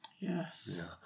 Yes